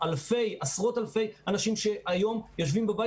עשרות אלפי אנשים שהיום יושבים בבית